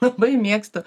labai mėgstu